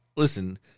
Listen